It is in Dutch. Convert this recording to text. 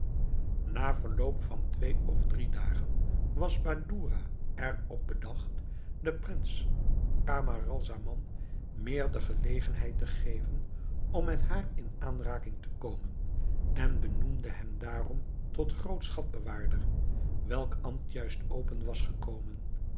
na verloop van twee of drie dagen was badoura er op bedacht den prins camaralzaman meer de gelegenheid te geven om met haar in aanraking te komen en benoemde hem daarom tot groot schatbewaarder welk ambt juist open was gekomen